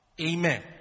Amen